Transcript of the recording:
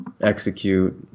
execute